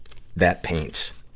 that paints.